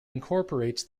incorporates